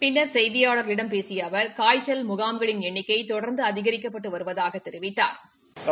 பின்னா் செய்தியாளா்களிடம் பேசிய அவா் காய்ச்சல் முகாம்களின் எண்ணிக்கை தொடா்ந்து அதிகரிக்கப்பட்டு வருவதாகத் தெரிவித்தாா்